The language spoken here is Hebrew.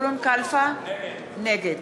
נגד